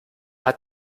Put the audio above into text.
hat